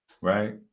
right